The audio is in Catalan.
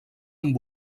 amb